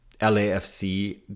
LAFC